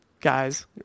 guys